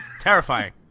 terrifying